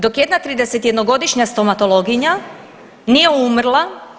Dok jedna 31-godišnja stomatologinja nije umrla.